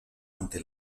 ante